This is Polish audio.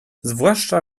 zwłaszcza